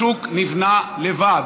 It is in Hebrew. השוק נבנה לבד.